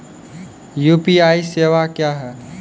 UPI सेवा क्या हैं?